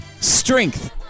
Strength